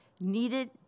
Needed